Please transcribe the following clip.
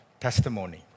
testimony